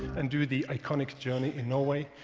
and do the iconic journey in norway,